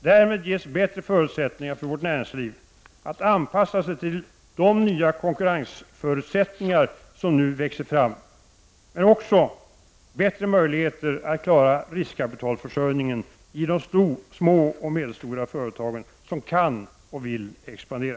Därmed ges bättre förutsättningar för vårt näringsliv att anpassa sig till de nya konkurrensförutsättningar som nu växer fram, men också bättre möjligheter att klara riskkapitalförsörjningen i de små och medelstora företag som kan och vill expandera.